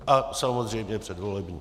A samozřejmě předvolební.